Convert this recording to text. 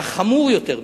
והחמור יותר מכול,